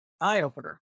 eye-opener